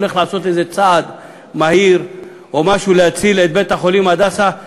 הולך לעשות איזה צעד מהיר או משהו להציל את בית-החולים "הדסה".